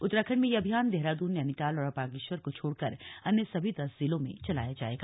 उत्तराखंड में यह अभियान देहरादून नैनीताल और बागेश्वर को छोड़कर अन्य सभी दस जिलों में चलाया जाएगा